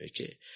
Okay